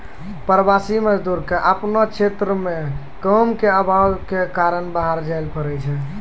प्रवासी मजदूर क आपनो क्षेत्र म काम के आभाव कॅ कारन बाहर जाय पड़ै छै